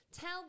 tell